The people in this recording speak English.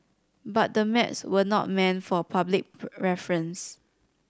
but the maps were not meant for public reference